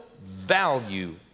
value